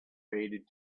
faded